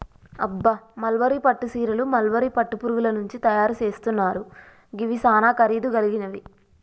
అబ్బ మల్బరీ పట్టు సీరలు మల్బరీ పట్టు పురుగుల నుంచి తయరు సేస్తున్నారు గివి సానా ఖరీదు గలిగినవి